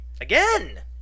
again